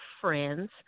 friends